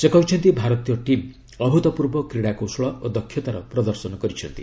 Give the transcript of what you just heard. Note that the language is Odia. ସେ କହିଛନ୍ତି ଭାରତୀୟ ଟିମ୍ ଅଭୁତପୂର୍ବ କ୍ରୀଡ଼ାକୌଶଳ ଓ ଦକ୍ଷତାର ପ୍ରଦର୍ଶନ କରିଛନ୍ତି